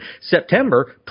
September